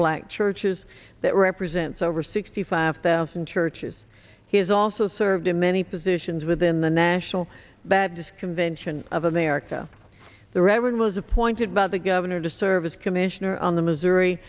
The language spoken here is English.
black churches that represents over sixty five thousand churches he has also served in many positions within the national baptist convention of america the reverend was appointed by the governor to serve as commissioner on the missouri